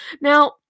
Now